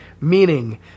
meaning